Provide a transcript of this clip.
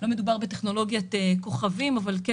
לא מדובר בטכנולוגיית כוכבים אבל כן